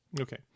Okay